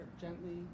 gently